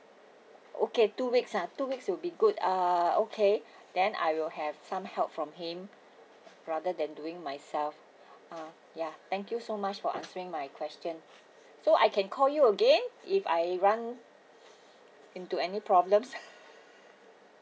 okay two weeks ah two weeks will be good uh okay then I will have some help from him rather than doing myself ah ya thank you so much for answering my question so I can call you again if I run into any problems